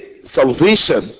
salvation